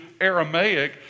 Aramaic